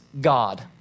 God